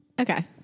Okay